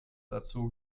dazu